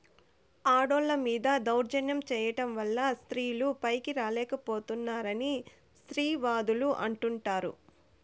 ఆడోళ్ళ మీద దౌర్జన్యం చేయడం వల్ల స్త్రీలు పైకి రాలేక పోతున్నారని స్త్రీవాదులు అంటుంటారు